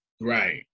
Right